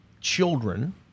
children